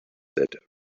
that